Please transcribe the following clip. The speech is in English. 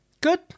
Good